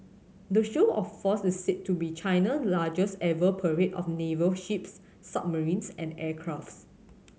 the show of force is said to be China largest ever parade of naval ships submarines and aircrafts